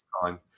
time